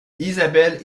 isabel